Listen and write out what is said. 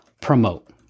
promote